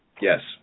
Yes